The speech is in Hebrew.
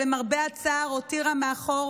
למרבה הצער, הותירה מאחור